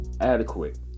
adequate